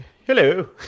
Hello